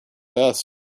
vest